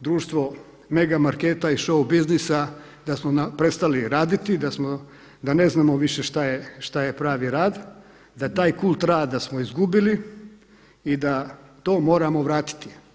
društvo mega marketa i showu biznisa, da smo prestali raditi, da smo, da ne znamo više šta je pravi rad, da taj kult rada smo izgubili i da to moramo vratiti.